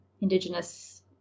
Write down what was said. indigenous